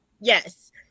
Yes